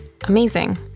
Amazing